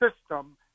system